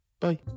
Bye